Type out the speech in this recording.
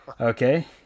Okay